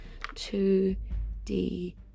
2D